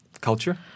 Culture